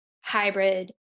hybrid